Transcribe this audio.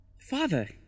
Father